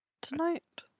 tonight